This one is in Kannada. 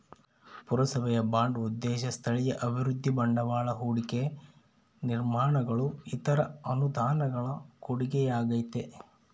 ಪುರಸಭೆಯ ಬಾಂಡ್ ಉದ್ದೇಶ ಸ್ಥಳೀಯ ಅಭಿವೃದ್ಧಿ ಬಂಡವಾಳ ಹೂಡಿಕೆ ನಿರ್ಮಾಣಗಳು ಇತರ ಅನುದಾನಗಳ ಕೊಡುಗೆಯಾಗೈತೆ